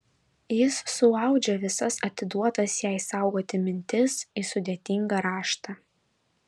jis suaudžia visas atiduotas jai saugoti mintis į sudėtingą raštą